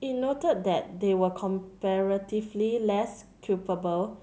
it noted that they were comparatively less culpable